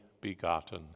begotten